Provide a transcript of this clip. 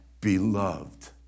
beloved